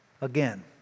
again